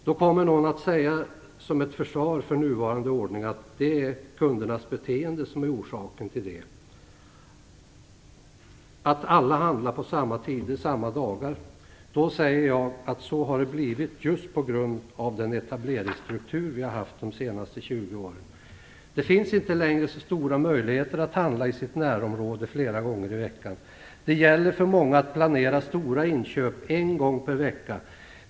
Någon kommer att säga till försvar för nuvarande ordning att det är kundernas beteende som är orsaken. Alla handlar på samma tider och samma dagar. Då säger jag att så har det blivit just på grund av den etableringsstruktur vi har haft de senaste 20 åren. Det finns inte längre stora möjligheter att handla i sitt närområde flera gånger i veckan. Det gäller för många att planera stora inköp en gång per vecka.